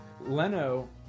Leno